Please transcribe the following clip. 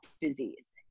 disease